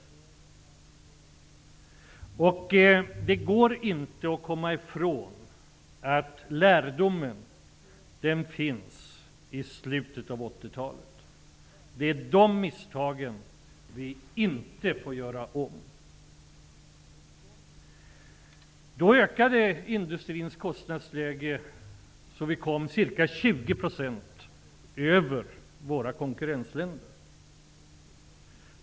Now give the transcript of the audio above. Det går inte att komma ifrån att lärdomen finns att hämta i erfarenheterna från slutet av 1980-talet. Vi får inte göra om de misstagen. Då ökade industrins kostnadsläge så att den kom att ligga 20 % över konkurrentländerna.